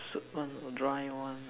soup one dry one